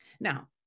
Now